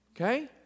Okay